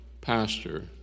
pastor